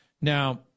Now